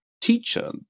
teacher